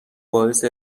باعث